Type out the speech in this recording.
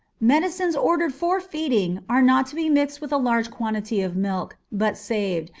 medicines ordered for feeding are not to be mixed with a large quantity of milk, but saved,